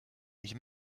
ich